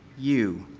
you,